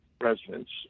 residents